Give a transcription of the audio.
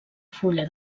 fulla